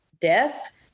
death